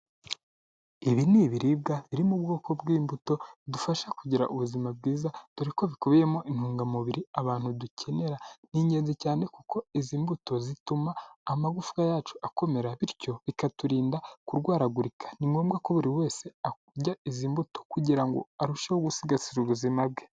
Ibi ni ibiribwa iri mu bwoko bw'imbuto bidufasha kugira ubuzima bwiza dore ko bikubiyemo intungamubiri abantu dukenera, ni ingenzi cyane kuko izi mbuto zituma amagufwa yacu akomera bityo bikaturinda kurwaragurika, ni ngombwa ko buri wese arya izi mbuto kugira ngo arusheho gusigasira ubuzima bwe.